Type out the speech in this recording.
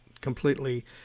completely